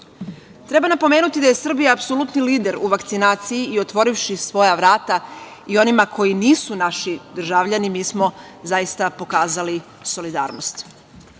BiH.Treba napomenuti da Srbija apsolutni lider u vakcinaciji i otvorivši svoja vrata i onima koji nisu naši državljani mi smo zaista pokazali solidarnost. Podržaćemo